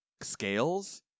scales